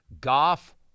Goff